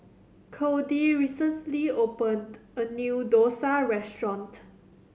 Kody recently opened a new dosa restaurant